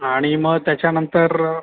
आणि मग त्याच्यानंतर